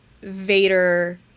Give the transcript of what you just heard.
Vader